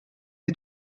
les